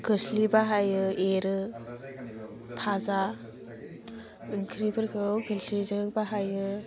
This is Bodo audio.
खोस्लि बाहायो एरो फाजा ओंख्रिफोरखौ खोल्थिजों बाहायो